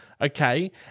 Okay